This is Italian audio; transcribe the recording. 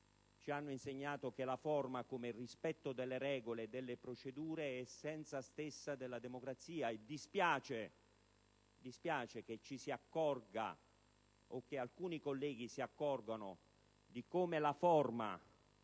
ci hanno insegnato che la forma come rispetto delle regole e delle procedure è essenza stessa della democrazia. E dispiace che alcuni colleghi si accorgano di come la forma